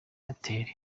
airtel